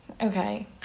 Okay